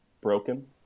broken